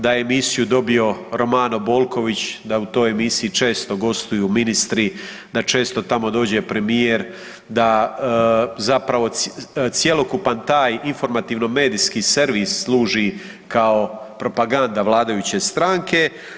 Da je emisiju dobio Romano Bolković, da u toj emisiji često gostuju ministri, da često tamo dođe premijer, da zapravo cjelokupan taj informativan medijski servis služi kao propaganda vladajuće stranke.